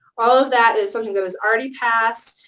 all of that is something that has already passed.